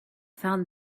found